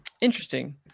Interesting